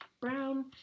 brown